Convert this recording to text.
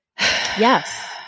Yes